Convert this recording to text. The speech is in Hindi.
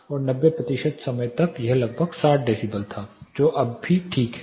और 90 प्रतिशत समय तक यह लगभग 60 डेसिबल था जो अब भी ठीक है